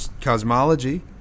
cosmology